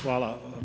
Hvala.